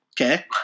Okay